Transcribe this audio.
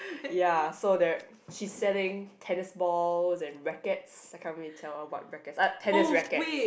ya so there she's selling tennis ball and rackets I can't really tell what rackets !ah! tennis rackets